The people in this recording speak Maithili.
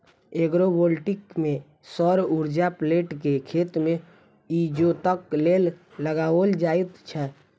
एग्रोवोल्टिक मे सौर उर्जाक प्लेट के खेत मे इजोतक लेल लगाओल जाइत छै